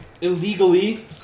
Illegally